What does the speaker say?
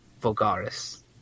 vulgaris